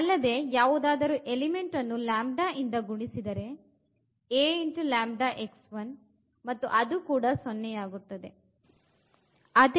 ಅಲ್ಲದೆ ಯಾವುದಾದರು ಎಲಿಮೆಂಟ್ ಅನ್ನು λ ಇಂದ ಗುಣಿಸಿದರೆ A λಅದು ಕೂಡ 0 ಆಗುತ್ತದೆ